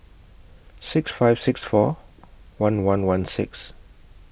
six five six four one one one six